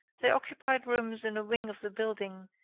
they occupied rooms in a wing of the building,